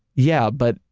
yeah, but,